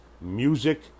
...Music